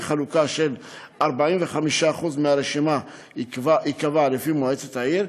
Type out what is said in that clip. חלוקה: 45% מהרשימה ייקבעו לפי מועצת העיר,